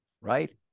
right